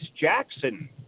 Jackson